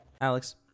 alex